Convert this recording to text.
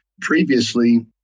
Previously